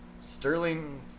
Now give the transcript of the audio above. Sterling